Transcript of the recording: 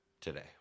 today